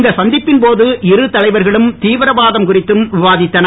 இந்த சந்திப்பின் போது தலைவர்களும் தீவிரவாதம் குறித்தும் விவாதித்தனர்